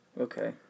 Okay